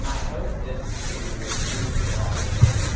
my hope is to move to los angeles